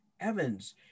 Evans